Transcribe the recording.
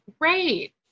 great